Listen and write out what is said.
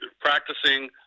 practicing